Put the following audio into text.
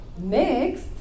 next